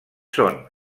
són